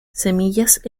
semillas